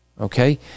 Okay